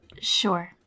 Sure